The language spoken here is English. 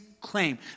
claim